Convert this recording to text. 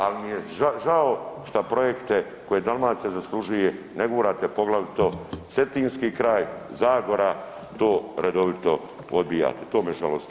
Al mi je žao šta projekte koje Dalmacija zaslužuje ne gurate poglavito Cetinski kraj, Zagora, to redovito odbijate, to me žalosti.